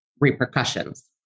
repercussions